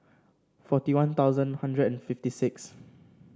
forty One Thousand One Hundred and fifty six